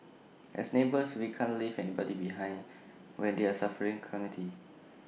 as neighbours we can't leave anybody behind when they're suffering A calamity